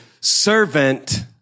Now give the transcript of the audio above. servant